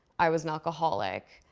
i was an alcoholic.